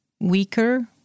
weaker